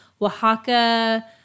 Oaxaca